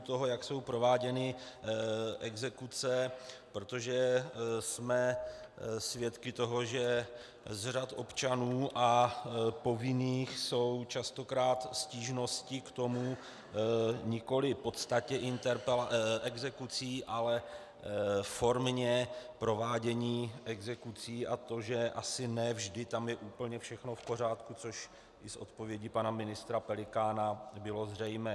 Toho, jak jsou prováděny exekuce, protože jsme svědky toho, že z řad občanů a povinných jsou častokrát stížnosti k tomu, nikoliv podstatě exekucí, ale formě provádění exekucí, a to, že asi ne vždy tam je úplně všechno v pořádku, což i z odpovědi pana ministra Pelikána bylo zřejmé.